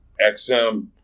XM